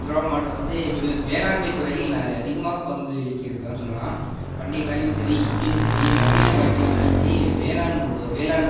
திருவாரூர் மாவட்டம் வந்து வி வேளாண்மைத் துறையில் ந அதிகமாக பங்கு வகிக்கிறதுன்னு சொல்லலாம் பண்டைய காலங்கள்லையும் சரி இப்போயும் சரி நவீன வளர்ச்சியாக இருந்தாலும் சரி வேளாண் ஒ வேளாண்